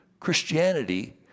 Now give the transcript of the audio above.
Christianity